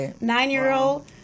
Nine-year-old